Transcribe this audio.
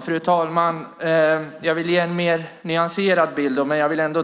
Fru talman! Jag